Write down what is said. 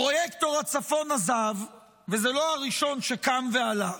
פרויקטור הצפון עזב, והוא לא הראשון שקם והלך.